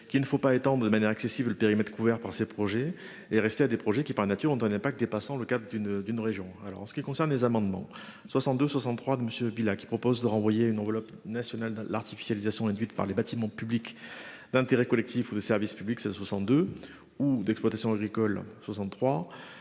qu'il ne faut pas étant de manière excessive, le périmètre couvert par ses projets et rester à des projets qui par nature on ne donnait pas que dépassant le cadre d'une d'une région. Alors en ce qui concerne les amendements 62 63 de monsieur Bila qui propose de renvoyer une enveloppe nationale l'artificialisation induite par les bâtiments publics d'intérêt collectif au service public, c'est 62 ou d'exploitation agricole 63.